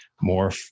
more